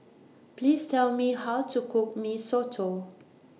Please Tell Me How to Cook Mee Soto